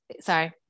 sorry